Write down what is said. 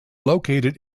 located